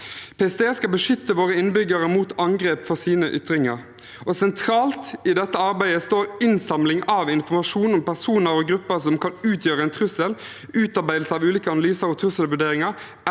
PST skal beskytte våre innbyggere mot angrep for sine ytringer. Sentralt i dette arbeidet står innsamling av informasjon om personer og grupper som kan utgjøre en trussel, utarbeidelse av ulike analyser og trusselvurderinger,